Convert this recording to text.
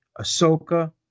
Ahsoka